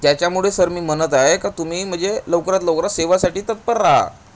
ज्याच्यामुळे सर मी म्हणत आहे का तुम्ही म्हणजे लवकरात लवकरात सेवेसाठी तत्पर राहा